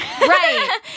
Right